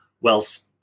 whilst